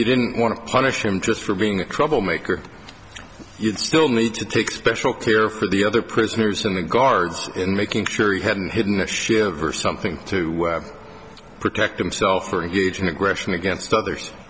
you didn't want to punish him just for being a trouble maker you'd still need to take special care for the other prisoners and guards in making sure he hadn't hidden a shiver something to protect themself or huge an aggression against others